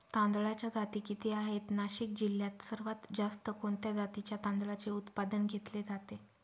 तांदळाच्या जाती किती आहेत, नाशिक जिल्ह्यात सर्वात जास्त कोणत्या जातीच्या तांदळाचे उत्पादन घेतले जाते?